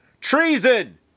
Treason